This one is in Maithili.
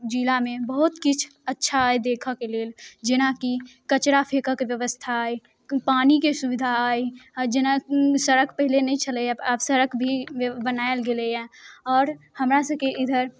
जिलामे बहुत किछु अच्छा अइ देखऽके लेल जेनाकि कचड़ा फेकऽके व्यवस्था अइ पानिके सुविधा अइ जेना सड़क पहिले नहि छलैय आब सड़क भी ब्य बनायल गेलैये आओर हमरा सभके इधर